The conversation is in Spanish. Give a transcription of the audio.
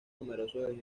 numerosos